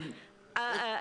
רגע,